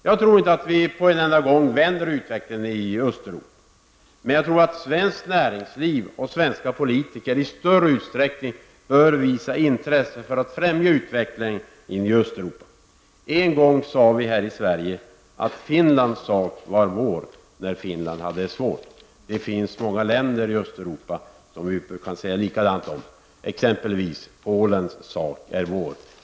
Jag tror inte att vi på en enda gång kan vända utvecklingen i Östeuropa, men jag tror att svenskt näringsliv och svenska politiker i större utsträckning bör visa intresse för att främja utvecklingen i Östeuropa. En gång sade vi här i Sverige: Finlands sak är vår. Det var då Finland hade det svårt. Det finns många länder i Östeuropa som vi kunde säga likadant om, exempelvis är Polens sak vår.